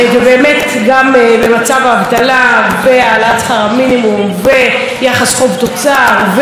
גם במצב האבטלה והעלאת שכר המינימום ויחס חוב תוצר ואותו גירעון,